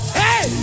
hey